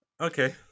Okay